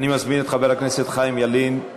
אני מזמין את חבר הכנסת חיים ילין.